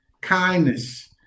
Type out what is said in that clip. kindness